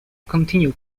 continued